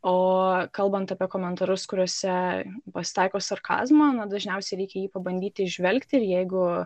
o kalbant apie komentarus kuriuose pasitaiko sarkazmo dažniausiai reikia jį pabandyti įžvelgti ir jeigu